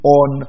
on